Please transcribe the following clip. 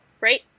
Right